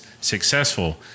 successful